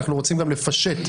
אנחנו רוצים גם לפשט,